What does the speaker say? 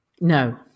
no